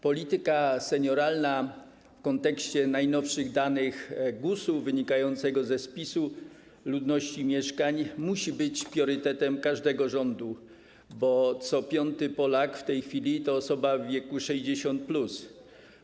Polityka senioralna w kontekście najnowszych danych GUS-u, wynikających ze spisu ludności i mieszkań, musi być priorytetem każdego rządu, bo co piąty Polak w tej chwili to osoba w wieku 60+.